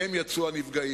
הם יצאו הנפגעים.